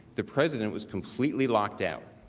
the president was completely locked out